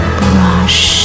brush